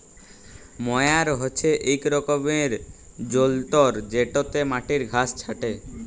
ময়ার হছে ইক রকমের যল্তর যেটতে মাটির ঘাঁস ছাঁটে